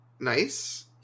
Nice